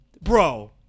bro